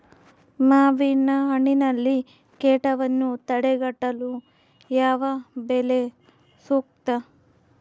ಮಾವಿನಹಣ್ಣಿನಲ್ಲಿ ಕೇಟವನ್ನು ತಡೆಗಟ್ಟಲು ಯಾವ ಬಲೆ ಸೂಕ್ತ?